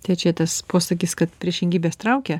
tai čia tas posakis kad priešingybės traukia